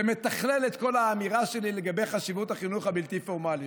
זה מתכלל את כל האמירה שלי על חשיבות החינוך הבלתי-פורמלי.